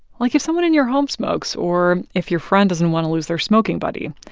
like if someone in your home smokes or if your friend doesn't want to lose their smoking buddy,